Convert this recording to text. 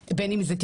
בין אם זה אשפוז,